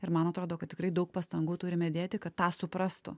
ir man atrodo kad tikrai daug pastangų turime dėti kad tą suprastų